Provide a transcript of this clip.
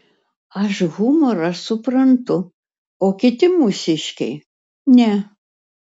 aš humorą suprantu o kiti mūsiškiai ne